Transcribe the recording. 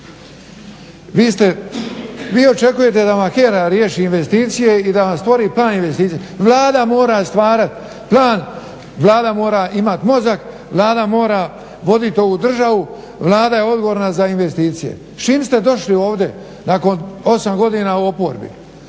Vi očekujete da vam HERA riješi investicije i da vam stvori plan investicija. Vlada mora stvarati plan, Vlada mora imati mozak, Vlada mora voditi ovu državu, Vlada je odgovorna za investicije. S čim ste došli ovdje nakon 8 godina u oporbi?